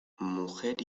mujer